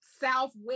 southwest